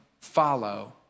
follow